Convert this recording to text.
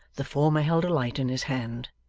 the former held a light in his hand.